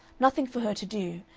nothing for her to do,